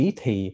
thì